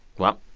well,